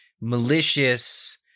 malicious